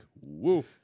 Woo